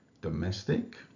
Domestic